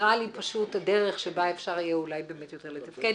נראה לי פשוט הדרך שבה אפשר יהיה אולי באמת יותר לתפקד.